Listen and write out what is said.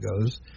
goes